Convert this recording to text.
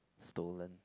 stolen